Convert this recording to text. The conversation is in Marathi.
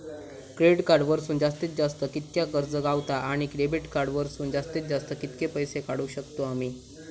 क्रेडिट कार्ड वरसून जास्तीत जास्त कितक्या कर्ज गावता, आणि डेबिट कार्ड वरसून जास्तीत जास्त कितके पैसे काढुक शकतू आम्ही?